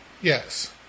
Yes